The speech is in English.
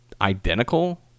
identical